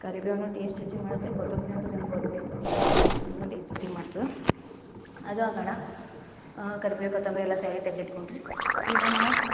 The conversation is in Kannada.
ಕರಿಬೇವುನು ಟೇಸ್ಟ್ ಹೆಚ್ಚಿಗೆ ಮಾಡುತ್ತೆ ಕೊತ್ತಂಬ್ರಿ ಅಂತು ನಿಮಗೆ ಗೊತ್ತೇಯಿದೆ ಅದು ಟೇಸ್ಟ್ ಹೆಚ್ಚಿಗೆ ಮಾಡ್ತದೆ ಅದು ಹಾಕೋಣ ಕರಿಬೇವು ಕೊತ್ತಂಬ್ರಿಯೆಲ್ಲ ಸೈಡ್ಗೆ ತೆಗ್ದು ಇಟ್ಕೊಂಡರೆ ಈಗ ನಾವು